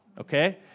okay